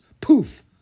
Poof